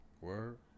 Word